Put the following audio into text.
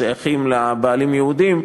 שייך לבעלים יהודים,